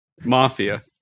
Mafia